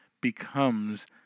becomes